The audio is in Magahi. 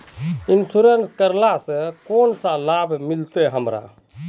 इंश्योरेंस करेला से कोन कोन सा लाभ मिलते हमरा?